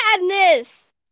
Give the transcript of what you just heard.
madness